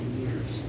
years